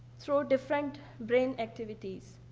through different brain activities,